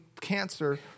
cancer